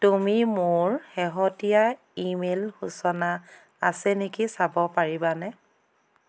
তুমি মোৰ শেহতীয়া ই মেইল সূচনা আছে নেকি চাব পাৰিবানে